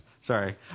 Sorry